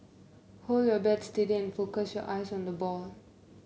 hold your bat steady focus your eyes on the ball